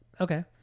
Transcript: Okay